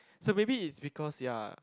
so maybe is because ya